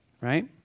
Right